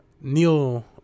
neil